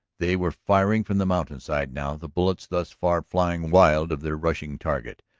they were firing from the mountainside now, the bullets thus far flying wild of their rushing target.